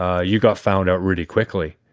ah you got found out really quickly.